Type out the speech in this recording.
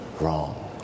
wrong